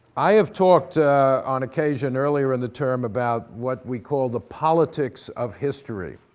i have talked on occasion earlier in the term about what we call the politics of history,